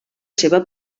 seva